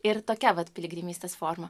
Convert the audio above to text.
ir tokia vat piligrimystės forma